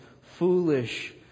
foolish